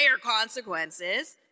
consequences